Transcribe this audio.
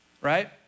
right